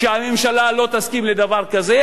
שהממשלה לא תסכים לדבר כזה,